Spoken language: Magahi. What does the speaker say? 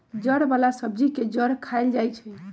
जड़ वाला सब्जी के जड़ खाएल जाई छई